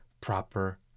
proper